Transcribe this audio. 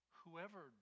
Whoever